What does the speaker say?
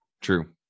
True